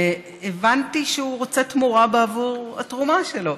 והבנתי שהוא רוצה תמורה בעבור התרומה שלו.